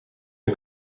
een